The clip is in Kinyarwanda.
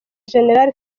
gen